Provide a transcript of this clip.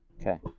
Okay